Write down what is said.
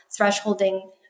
thresholding